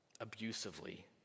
abusively